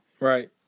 Right